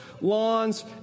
lawns